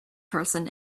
person